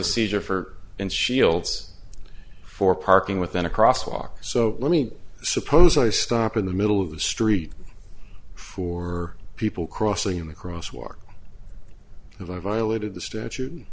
a seizure for and shields for parking within a cross walk so let me suppose i stop in the middle of the street for people crossing in the crosswalk if i violated the statute